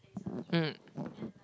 mm